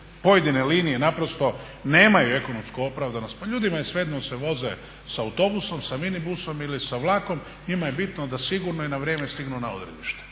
pojedine linije nemaju ekonomsku opravdanost. Pa ljudima je svejedno jel se voze sa autobusom, sa mini busom ili sa vlakom njima je bitno da sigurno i na vrijeme stignu na odredište.